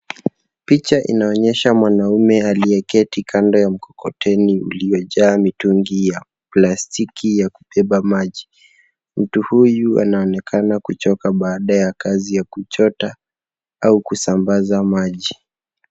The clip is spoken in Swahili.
Picha inaonyesha mwanaume aliyeketi kando ya mkokoteni iliojaa mitungi ya plastiki ya kupepa maji. Mtu huyu anaonekana kuchoka baada ya kazi ya kuchota au kusambaza maji.